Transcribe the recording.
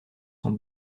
sont